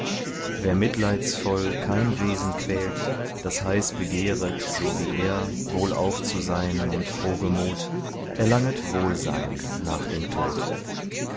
wer mitleidsvoll kein wesen quält das heiß begehret so wie er wohlauf zu sein und frohgemut erlanget wohlsein nach dem tod